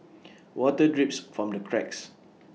water drips from the cracks